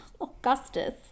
Augustus